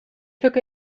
took